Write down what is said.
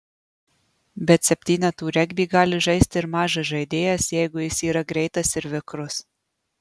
bet septynetų regbį gali žaisti ir mažas žaidėjas jeigu jis yra greitas ir vikrus